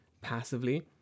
passively